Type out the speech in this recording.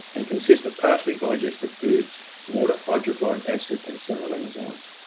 and consists of partially digested foods, water, hydrochloric acid, and several enzymes.